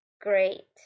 great